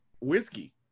whiskey